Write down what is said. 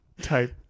type